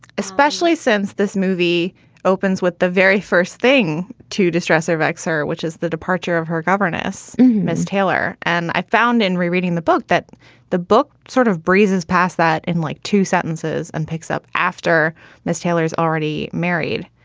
especially since this movie opens with the very first thing to distress or vex her, which is the departure of her governess, miss taylor. and i found in rereading the book that the book sort of breezes past that in like two sentences and picks up after miss taylor's already married.